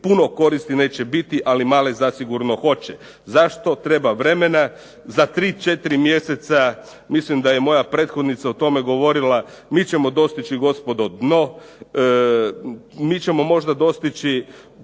puno koristi neće biti, ali male zasigurno hoće. Zašto? Treba vremena, za 3, 4 mj. mislim da je i moja prethodnica o tome govorila, mi ćemo dostići gospodo dno, mi ćemo možda dostići